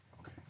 okay